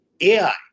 AI